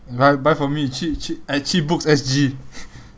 buy buy for me cheap cheap at cheap books S_G